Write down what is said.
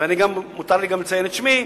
ומותר לי גם לציין את שמי,